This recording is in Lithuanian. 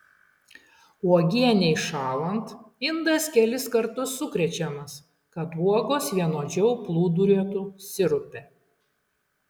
uogienei šąlant indas kelis kartus sukrečiamas kad uogos vienodžiau plūduriuotų sirupe